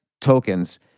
tokens